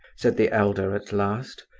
said the elder, at last.